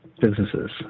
businesses